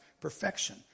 perfection